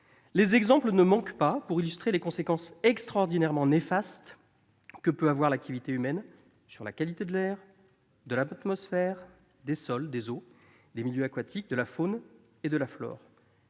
Les exemples ne manquent pas pour illustrer les conséquences extraordinairement néfastes que peut avoir l'activité humaine sur la qualité de l'air, de l'atmosphère, des sols, des eaux, des milieux aquatiques, de la faune et de la flore.